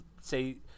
say